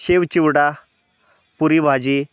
शेव चिवडा पुरी भाजी